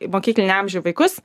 į mokyklinio amžio vaikus